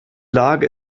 lage